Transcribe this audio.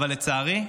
אבל לצערי,